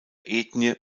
ethnie